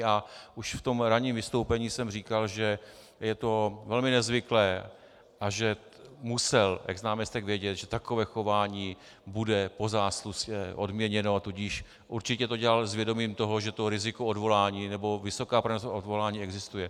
A už v tom ranním vystoupení jsem říkal, že je to velmi nezvyklé a že musel exnáměstek vědět, že takové chování bude po zásluze odměněno, tudíž určitě to dělal s vědomím toho, že riziko odvolání nebo vysoká pravděpodobnost toho odvolání existuje.